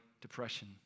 depression